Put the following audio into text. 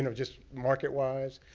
you know just market-wise.